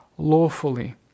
lawfully